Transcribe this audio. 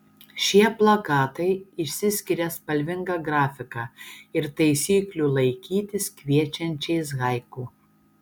šie plakatai išsiskiria spalvinga grafika ir taisyklių laikytis kviečiančiais haiku